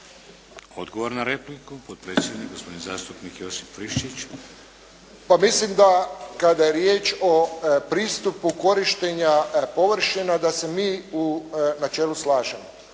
Odgovor na repliku, potpredsjednik zastupnik Josip Friščić. **Friščić, Josip (HSS)** Pa mislim kada je riječ o pristupu korištenja površina da se mi u načelu slažemo,